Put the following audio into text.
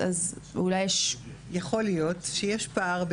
יכול להיות שיש פער,